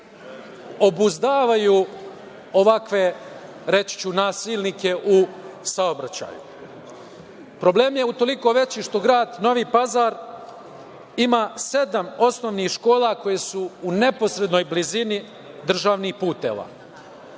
obuzdavaju ovakve, reći ću, nasilnike u saobraćaju. Problem je utoliko veći što grad Novi Pazar ima sedam osnovnih škola koje su u neposrednoj blizini državnih puteva.